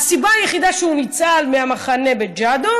והסיבה היחידה שהוא ניצל מהמחנה בג'אדו